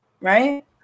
right